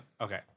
Okay